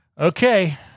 Okay